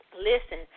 Listen